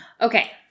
Okay